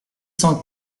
cent